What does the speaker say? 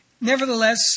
nevertheless